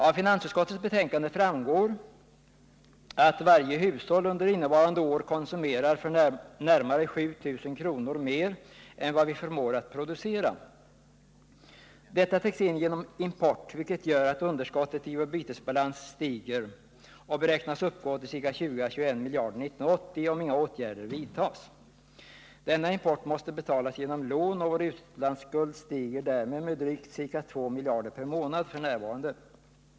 Av finansutskottets betänkande framgår att varje hushåll under innevarande år konsumerar för närmare 7 000 kr. mer än vad vi förmår att producera. Detta täcks genom import, vilket gör att underskottet i vår bytesbalans stiger och beräknas uppgå till ca 20 å 21 miljarder 1980, om inga åtgärder vidtas. Denna import måste betalas genom lån, och vår utlandsskuld stiger därmed med ca 2 miljarder per månad f. n.